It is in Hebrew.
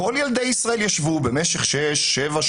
כל ילדי ישראל ישבו במשך שש שעות,